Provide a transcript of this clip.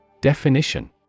Definition